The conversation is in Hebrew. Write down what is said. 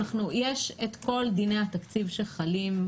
יש את כל דיני התקציב שחלים,